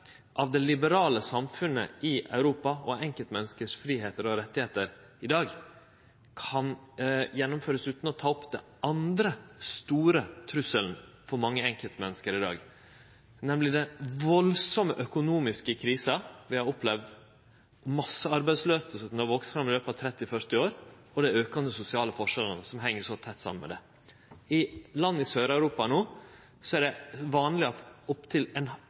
av det liberale samfunnet i Europa og enkeltmennesket sine fridomar og rettar i dag kan gjennomførast utan å ta opp den andre store trusselen for mange enkeltmenneske i dag, nemleg den voldsame økonomiske krisa vi har opplevd, den massearbeidsløysa som har vakse fram i løpet av 30‒40 år, og dei aukande sosiale skilnadene som heng så tett saman med det. I land i Sør-Europa er det vanleg at